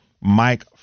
Mike